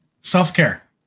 self-care